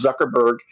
Zuckerberg